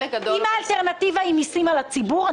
אם האלטרנטיבה היא מיסים על הציבור,